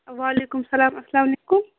وَعلیکُم سلام اَسلام علیکُم